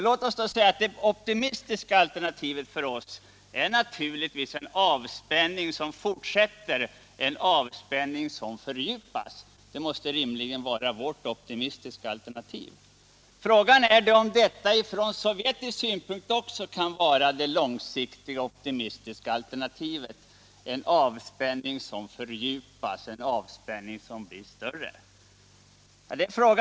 Låt oss säga att det optimistiska alternativet för oss rimligtvis måste vara en avspänning som fortsätter, en avspänning som fördjupas. Kan då detta också från sovjetisk utgångspunkt vara det långsiktiga optimistiska alternativet? Det är frågan om.